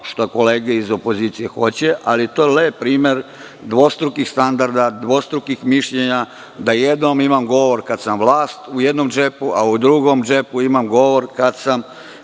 što kolege iz opozicije hoće, ali je to lep primer dvostrukih standarda, dvostrukih mišljenja, da u jednom džepu imam govor kada sam vlast, a u drugom džepu imam govor kada sam